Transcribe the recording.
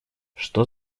что